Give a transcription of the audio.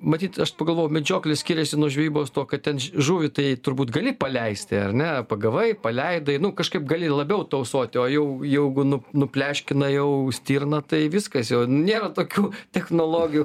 matyt aš pagalvojau medžioklė skiriasi nuo žvejybos tuo kad ten ž žuvį tai turbūt gali paleisti ar ne pagavai paleidai nu kažkaip gali labiau tausoti o jau jaugu nu nu pleškinai jau stirną tai viskas jau nėra tokių technologijų